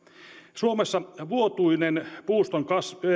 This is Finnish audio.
suomessa vuotuinen puuston